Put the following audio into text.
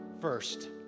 first